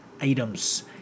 items